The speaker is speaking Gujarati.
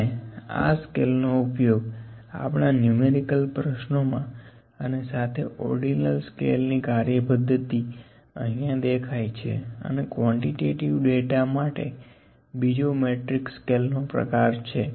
આપણે આં સ્કેલ નો ઉપયોગ આપણા નુમેરીકલ પ્રશ્નો માં અને સાથે ઓર્ડીનલ સ્કેલ ની કાર્યપદ્ધતિ અહીંયા દેખાય છે અને ક્વોન્ટીટેટીવ ડેટા માટે બીજો મેટ્રિક સ્કેલ નો પ્રકાર છે